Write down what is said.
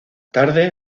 tarde